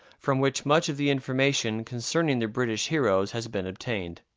from which much of the information concerning the british heroes has been obtained